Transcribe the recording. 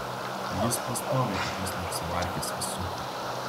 jis pastoviai kokias nors varkes vis suka